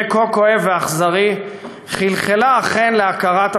יהיה כה כואב ואכזרי חלחלה אכן להכרת ה"חיזבאללה"